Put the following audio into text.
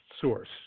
source